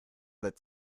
that